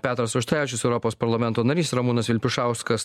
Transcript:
petras auštrevičius europos parlamento narys ramūnas vilpišauskas